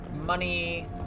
money